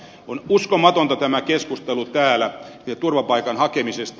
on uskomatonta tämä keskustelu täällä turvapaikan hakemisesta